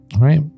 Right